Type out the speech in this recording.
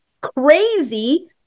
crazy